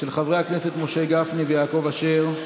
של חברי הכנסת משה גפני ויעקב אשר.